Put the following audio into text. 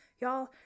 Y'all